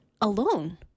alone